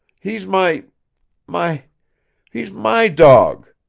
he's my my he's my dawg!